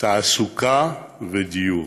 תעסוקה ודיור.